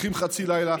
הולכים חצי לילה,